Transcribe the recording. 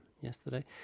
yesterday